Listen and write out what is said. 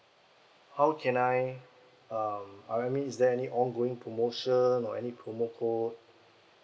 how can I um I mean is there any ongoing promotion or any promote code